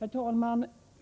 Herr talman!